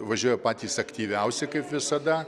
važiuoja patys aktyviausi kaip visada